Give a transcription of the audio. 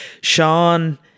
sean